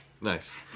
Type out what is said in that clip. Nice